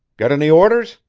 got any orders?